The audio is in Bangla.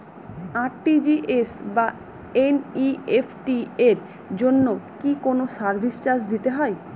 আর.টি.জি.এস বা এন.ই.এফ.টি এর জন্য কি কোনো সার্ভিস চার্জ দিতে হয়?